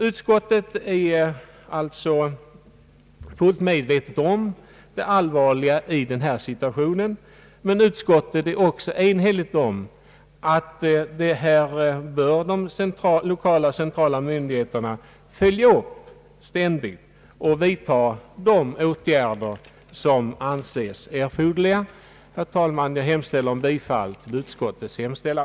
Utskottet är alltså fullt medvetet om det allvarliga i denna situation, men utskottet är också enigt om att de lokala och centrala myndigheterna ständigt bör följa upp utvecklingen och vidta de åtgärder som anses erforderliga. Herr talman! Jag yrkar bifall till utskottets hemställan.